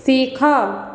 ଶିଖ